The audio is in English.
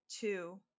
Two